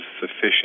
sufficient